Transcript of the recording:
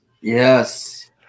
Yes